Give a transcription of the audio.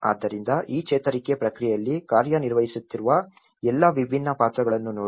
ಆದ್ದರಿಂದ ಈ ಚೇತರಿಕೆ ಪ್ರಕ್ರಿಯೆಯಲ್ಲಿ ಕಾರ್ಯನಿರ್ವಹಿಸುತ್ತಿರುವ ಎಲ್ಲಾ ವಿಭಿನ್ನ ಪಾತ್ರಗಳನ್ನು ನೋಡಿ